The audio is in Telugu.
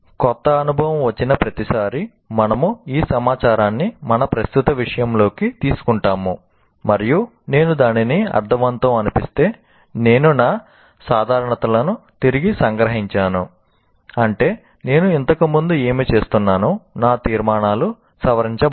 క్రొత్త అనుభవం వచ్చిన ప్రతిసారీ మనము ఆ సమాచారాన్ని మన ప్రస్తుత విషయంలోకి తీసుకుంటాము మరియు నేను దానిని అర్ధవంతం అనిపిస్తే నేను నా సాధారణతలను తిరిగి సంగ్రహించాను అంటే నేను ఇంతకు ముందు ఏమి చేస్తున్నానో నా తీర్మానాలు సవరించబడతాయి